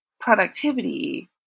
productivity